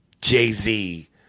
Jay-Z